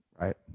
Right